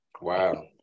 Wow